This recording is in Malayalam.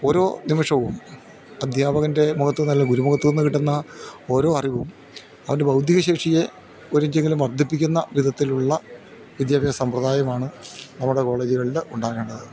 ഓരോ നിമിഷവും അദ്ധ്യാപകൻ്റെ മുഖത്ത് നല്ല ഗുരു മുഖത്തു നിന്ന് കിട്ടുന്ന ഓരോ അറിവും അവരുടെ ബൗധിക ശേഷിയെ ഒരു ഇഞ്ചെങ്കിലും വർദ്ധിപ്പിക്കുന്ന വിധത്തിലുള്ള വിദ്യാഭ്യാസ സമ്പ്രദായമാണ് നമ്മുടെ കോളേജുകളിൽ ഉണ്ടാകേണ്ടത്